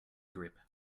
grip